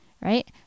right